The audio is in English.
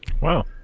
Wow